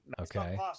okay